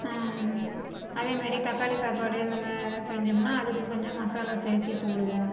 அதேமாரி தக்காளி சாப்பாடு நம்ம செஞ்சோம்னா அதுக்கு கொஞ்சம் மசாலா சேத்து போடுவோம்